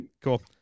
Cool